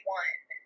one